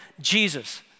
Jesus